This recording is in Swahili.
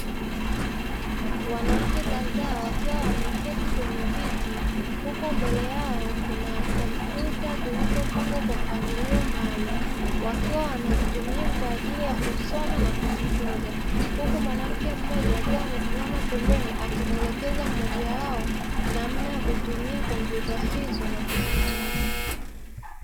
Wanawake kadhaa wakiwa wameketi kwenye viti huku mbele yao kuna kompyuta zilizopangwa kwa mpangilio maalumu wakiwa wanazitumia kwa ajili ya kusoma na kujifunza, huku mwanamke mmoja akiwa amesimama pembeni akimwelekeza mmoja wao namna ya kutumia kompyuta hizo na kujifunza.